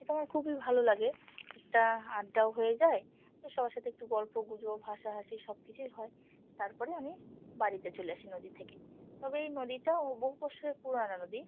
এটা আমার খুবই ভালো লাগে একটা আড্ডাও হয়ে যায় সবার সাথে একটু গল্প গুজব হাসা হাসি সব কিছুই হয় তারপরে আমি বাড়িতে চলে আসি নদী থেকে তবে এই নদীটা বহু বছরের পুরনো নদী